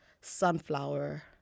Sunflower